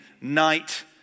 night